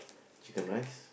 chicken rice